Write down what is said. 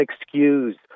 excuse